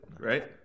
right